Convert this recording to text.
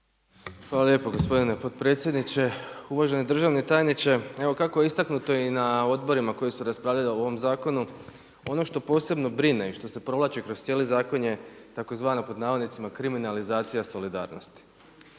Hvala lijepa gospodine potpredsjedniče. Uvaženi državni tajniče, evo kako je istaknuto i na odborima koji su raspravljali o ovom zakonu, ono što posebno brine i što se provlači kroz cijeli zakon je tzv. „kriminalizacija solidarnosti“.